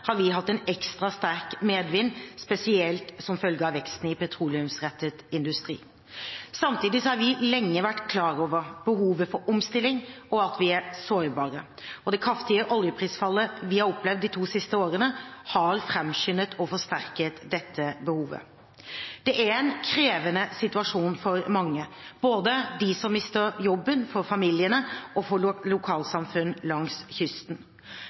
har vi hatt en ekstra sterk medvind, spesielt som følge av veksten i petroleumsrettet industri. Samtidig har vi lenge vært klar over behovet for omstilling, og at vi er sårbare. Det kraftige oljeprisfallet vi har opplevd de to siste årene, har framskyndet og forsterket dette behovet. Dette er en krevende situasjon for mange, både for dem som mister jobben, for familiene og for lokalsamfunn langs kysten.